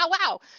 wow